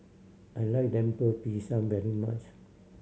I like Lemper Pisang very much